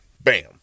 Bam